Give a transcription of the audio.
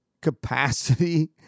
capacity